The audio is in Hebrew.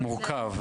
מורכב,